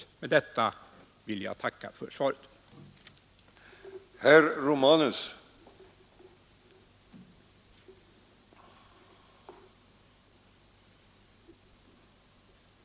Med det anförda vill jag än en gång tacka för utrikesministerns svar.